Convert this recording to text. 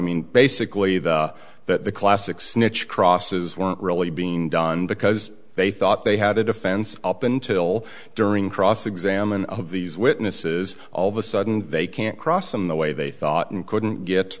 mean basically the that the classic snitch crosses weren't really being done because they thought they had a defense up until during cross examine of these witnesses all of a sudden they can't cross in the way they thought and couldn't get